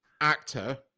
actor